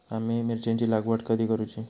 आम्ही मिरचेंची लागवड कधी करूची?